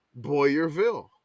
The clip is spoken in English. Boyerville